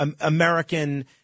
American